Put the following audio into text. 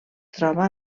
troba